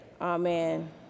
Amen